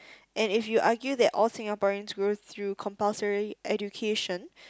and if you argue that all Singaporeans go through compulsory education